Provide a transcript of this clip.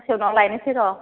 दसे उनाव लायनोसै र'